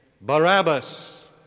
Barabbas